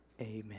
Amen